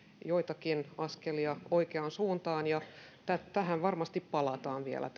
joitakin askelia oikeaan suuntaan ja tähän tärkeään kysymykseen varmasti palataan vielä